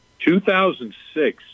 2006